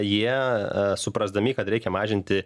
jie suprasdami kad reikia mažinti